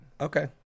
Okay